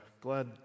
glad